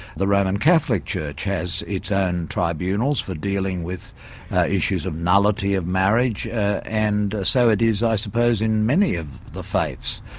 the roman catholic church has its own tribunals for dealing with issues of nullity of marriage and so it is i suppose in many of the faiths.